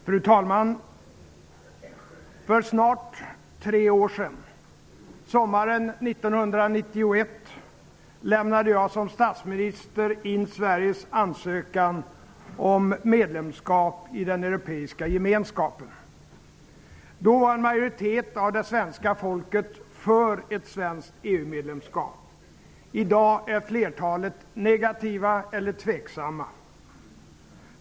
Fru talman! För snart tre år sedan, sommaren 1991, lämnade jag, som statsminister, in Sveriges ansökan om medlemskap i Europeiska gemenskapen. Då var en majoritet av svenska folket för ett svenskt EU-medlemskap. I dag är flertalet negativa eller tveksamma.